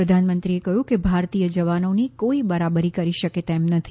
પ્રધાનમંત્રીએ કહ્યું કે ભારતીય જવાનોની કોઈ બરાબરી કરી શકે તેમ નથી